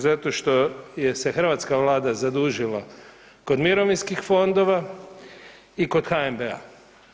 Zato što je se hrvatska Vlada zadužila kod mirovinskih fondova i kod HNB-a.